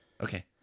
Okay